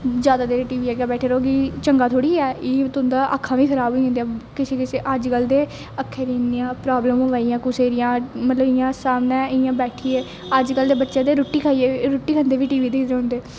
ज्यादा देर टीवी अग्गै बेठी रौहग ते ओह्बी चंगा थोह्ड़ी ऐ एह् तुंदा आक्खां बी खराब़ होई जंदी किसे किसे अजकल ते अक्खां दी इन्नियां प्रावल्म होवा दियां कुसै दियां मतलब इयां सामने इयां बैठियै अजकल दे बच्चे रोटी खाइयै रोटी खंदे बी टीवी दिक्खदे रौंहदे